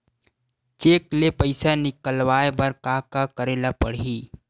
Cheque ले पईसा निकलवाय बर का का करे ल पड़हि?